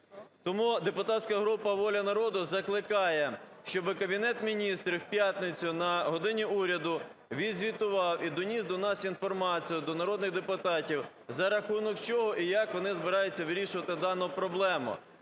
Тому депутатська група "Воля народу" закликає, щоби Кабінет Міністрів в п'ятницю на "годині Уряду" відзвітував і доніс до нас інформацію, до народних депутатів, за рахунок чого і як вони збираються вирішувати дану проблему,